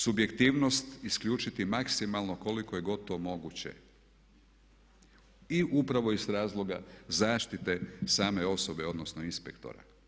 Subjektivnost isključit maksimalno koliko je gotovo moguće i u upravo iz razloga zaštite same osobe odnosno inspektora.